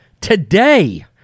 today